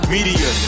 Media